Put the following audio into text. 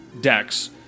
decks